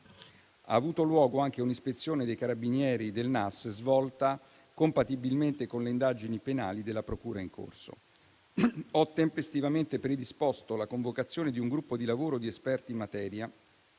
Ha avuto luogo anche un'ispezione dei carabinieri del Nas, svolta compatibilmente con le indagini penali della procura in corso. Ho tempestivamente predisposto la convocazione di un gruppo di lavoro di esperti in materia,